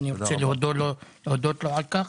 ואני רוצה להודות לו על כך.